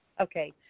Okay